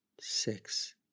six